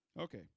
Okay